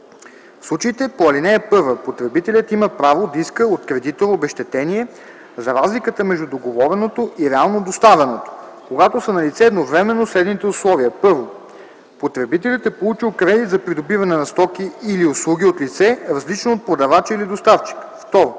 В случаите по ал. 1 потребителят има право да иска от кредитора обезщетение за разликата между договореното и реално доставеното, когато са налице едновременно следните условия: 1. потребителят е получил кредит за придобиване на стоки или услуги от лице, различно от продавача или доставчика; 2.